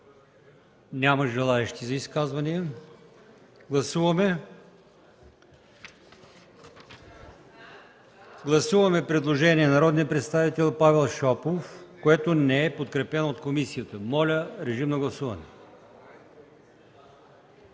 Няма желаещи за изказвания. Гласуваме предложение на народния представител Павел Шопов, което не е подкрепено от комисията. Гласували